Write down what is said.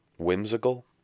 Whimsical